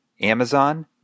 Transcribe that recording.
Amazon